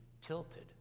tilted